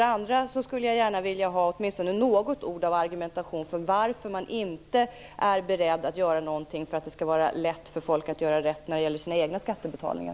Jag skulle också gärna vilja ha åtminstone något ord av argumentation för varför man inte är beredd att göra någonting för att det skall vara lätt för folk att göra rätt med sina egna skattebetalningar.